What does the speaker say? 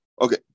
Okay